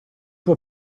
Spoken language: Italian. può